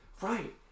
Right